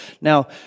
Now